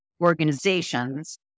Organizations